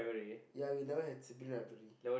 ya we never have sibling rivalry